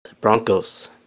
Broncos